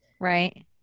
Right